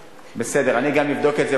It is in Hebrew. אני גם אבדוק מדוע